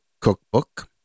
cookbook